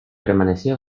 permanecía